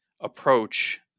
approach